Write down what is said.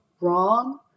wrong